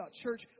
church